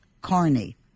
Carney